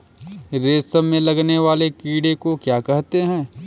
रेशम में लगने वाले कीड़े को क्या कहते हैं?